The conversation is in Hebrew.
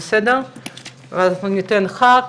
ניתן ח"כ,